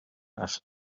asked